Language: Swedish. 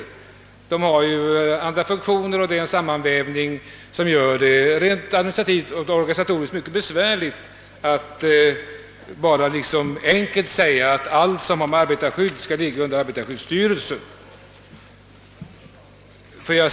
Specialinspektionerna har andra funktioner, och detta medför att det administrativt och organisatoriskt blir besvärligt att ordna så, att allt som har med arbetarskydd att göra skall ligga under = arbetarskyddsstyrelsen.